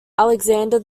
alexander